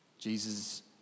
Jesus